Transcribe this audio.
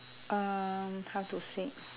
um how to say